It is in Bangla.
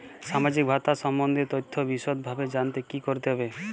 সামাজিক ভাতা সম্বন্ধীয় তথ্য বিষদভাবে জানতে কী করতে হবে?